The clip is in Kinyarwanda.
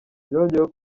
yongeyeho